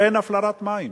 אין הפלרת מים.